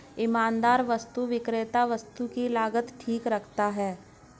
ईमानदार वस्तु विक्रेता वस्तु की लागत ठीक रखता है